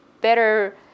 better